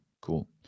cool